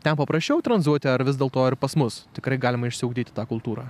ten paprašiau tranzuoti ar vis dėlto ir pas mus tikrai galima išsiugdyti tą kultūrą